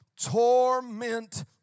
torment